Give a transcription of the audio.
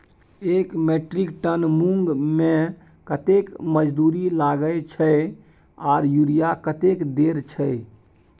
एक metric tonne मूंग में कतेक मजदूरी लागे छै आर यूरिया कतेक देर छै?